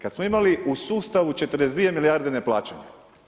Kad smo imali u sustavu 42 milijarde neplaćanja.